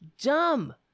dumb